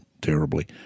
terribly –